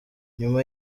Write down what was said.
nyuma